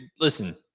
Listen